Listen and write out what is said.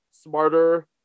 smarter